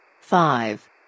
Five